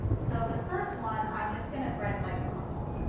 so the first one, i am just going to thread like normal,